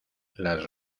las